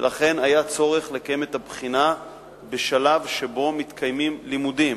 ולכן היה צורך לקיים את הבחינה בשלב שבו מתקיימים לימודים.